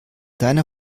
deiner